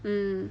mm